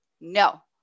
no